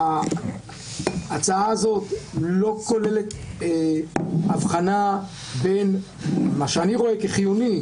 ההצעה הזאת לא כוללת הבחנה בין מה שאני רואה כחיוני,